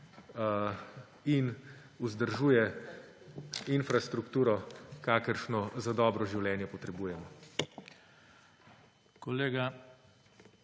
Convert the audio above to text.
in vzdržuje infrastrukturo, kakršno za dobro življenje potrebujemo.